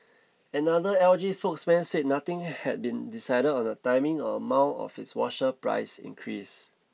another L G spokesman said nothing had been decided on the timing or amount of its washer price increase